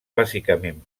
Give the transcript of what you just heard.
bàsicament